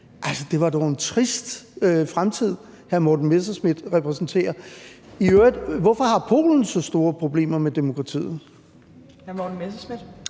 det var dog en trist fremtid, hr. Morten Messerschmidt repræsenterer. I øvrigt: Hvorfor har Polen så store problemer med demokratiet?